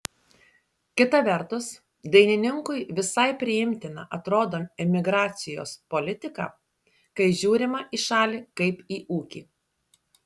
kita vertus dainininkui visai priimtina atrodo imigracijos politika kai žiūrima į šalį kaip į ūkį